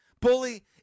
Bully